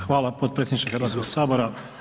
Hvala potpredsjedniče Hrvatskog sabora.